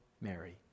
Mary